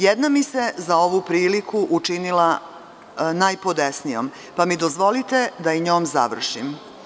Jedna mi se za ovu priliku učinila najpodesnijom, pa mi dozvolite da i njom završim.